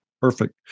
Perfect